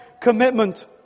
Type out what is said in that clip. commitment